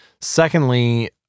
Secondly